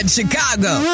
Chicago